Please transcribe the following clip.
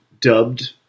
dubbed